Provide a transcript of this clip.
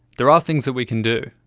there are things that we can do.